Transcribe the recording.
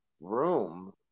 room